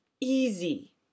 easy